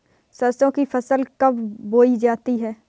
सरसों की फसल कब बोई जाती है?